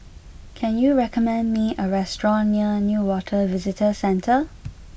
can you recommend me a restaurant near Newater Visitor Centre